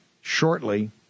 shortly